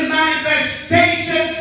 manifestation